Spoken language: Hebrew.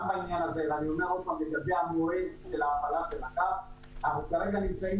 אני אומר עוד פעם לגבי המועד של ההפעלה של הקו אנחנו כרגע נמצאים